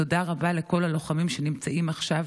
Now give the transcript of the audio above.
תודה רבה לכל הלוחמים שנמצאים עכשיו